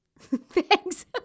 Thanks